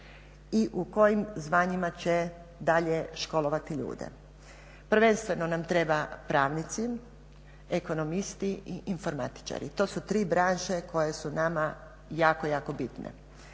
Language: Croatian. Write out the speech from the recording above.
i u kojim zvanjima će dalje školovati ljude. Prvenstveno nam trebaju pravnici, ekonomisti i informatičari, to su tri branše koje su nama jako, jako bitne